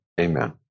amen